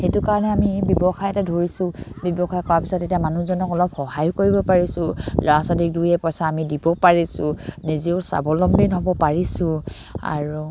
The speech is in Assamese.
সেইটো কাৰণে আমি ব্যৱসায় এটা ধৰিছোঁ ব্যৱসায় কৰাৰ পিছত এতিয়া মানুহজনক অলপ সহায় কৰিব পাৰিছোঁ ল'ৰা ছোৱালীক দুই এপইচা আমি দিব পাৰিছোঁ নিজেও স্বাৱলম্বী হ'ব পাৰিছোঁ আৰু